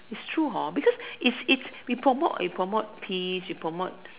it's true because it's it's we promote we promote peace we promote